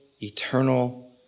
eternal